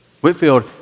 Whitfield